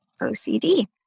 OCD